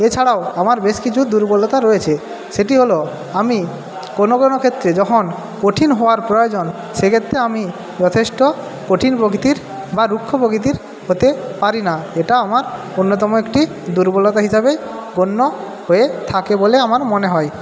এছাড়াও আমার বেশ কিছু দুর্বলতা রয়েছে সেটি হল আমি কোনো কোনো ক্ষেত্রে যখন কঠিন হওয়ার প্রয়োজন সে ক্ষেত্রে আমি যথেষ্ট কঠিন প্রকৃতির বা রুক্ষ প্রকৃতির হতে পারিনা এটা আমার অন্যতম একটি দুর্বলতা হিসাবেই গণ্য হয়ে থাকে বলে আমার মনে হয়